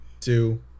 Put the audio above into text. two